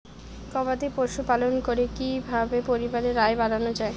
গবাদি পশু পালন করে কি কিভাবে পরিবারের আয় বাড়ানো যায়?